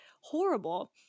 horrible